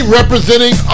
representing